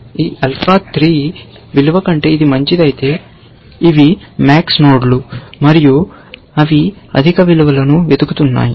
ఈ ఆల్ఫా 3 విలువ కంటే ఇది మంచిది అయితే ఇవి MAX నోడ్లు మరియు అవి అధిక విలువలను వెతుకుతున్నాయి